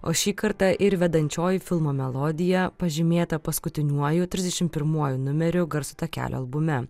o šį kartą ir vedančioji filmo melodija pažymėta paskutiniuoju trisdešim pirmuoju numeriu garso takelio albume